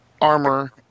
armor